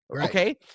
Okay